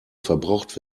verbraucht